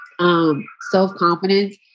Self-confidence